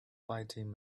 fighting